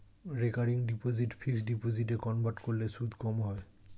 recurring deposit fixed ডিপোজিটে convert করলে সুদ কম হয়